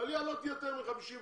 שהעלייה לא תהיה יותר מ-50,000,